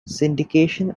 syndication